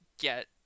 get